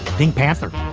pink panther,